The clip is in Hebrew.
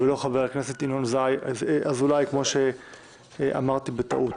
ולא חבר הכנסת ינון אזולאי, כמו שאמרתי בטעות.